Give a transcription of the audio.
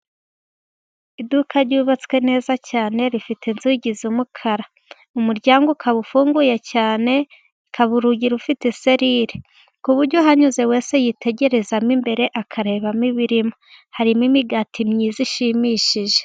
Iduka ryubatswe neza cyane rifite inzugi z'umukara, umuryango ukaba ufunguye cyane ikaba urugi rufite serire, ku buryo uhanyuze wese yitegerezamo imbere akarebamo ibirimo, harimo imigati myiza ishimishije.